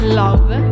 love